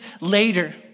later